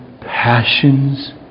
passions